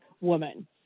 woman